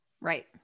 Right